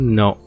no